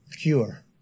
cure